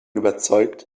überzeugt